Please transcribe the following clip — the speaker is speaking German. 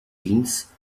jeans